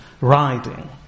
riding